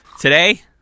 Today